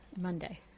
Monday